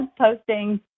posting